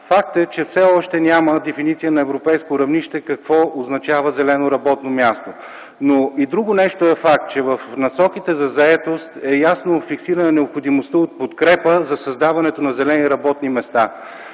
факт е, че все още няма дефиниция на европейско равнище какво означава „зелено работно място”, но и друго нещо е факт, че в Насоките за заетост е ясно фиксирана необходимостта от подкрепа за създаването на зелени работни места.